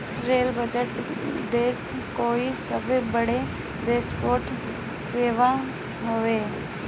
rail budget देस कअ सबसे बड़ ट्रांसपोर्ट सेवा हवे